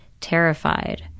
terrified